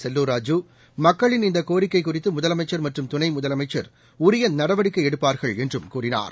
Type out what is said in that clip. செல்லுர் ராஜூ மக்களின் இந்த கோரிக்கை குறித்து முதலமைச்சர் மற்றும் துணை முதலமைச்சர் உரிய நடவடிக்கை எடுப்பார்கள் என்றும் கூறினார்